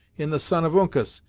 in the son of uncas,